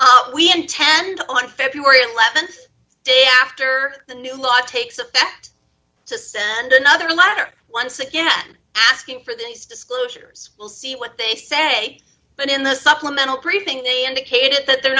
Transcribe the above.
is we intend on february th day after the new law takes effect just another letter once again asking for these disclosures we'll see what they say but in the supplemental briefing they indicated that they're